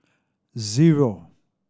zero